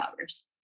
hours